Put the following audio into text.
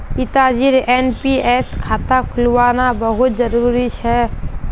पिताजीर एन.पी.एस खाता खुलवाना बहुत जरूरी छ